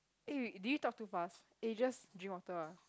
eh do you talk too fast eh just drink water ah